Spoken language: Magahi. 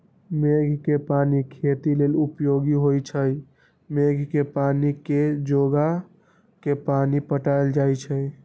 मेघ कें पानी खेती लेल उपयोगी होइ छइ मेघ के पानी के जोगा के पानि पटायल जाइ छइ